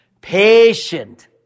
Patient